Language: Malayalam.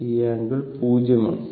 ഈ ആംഗിൾ 0 o ആണ്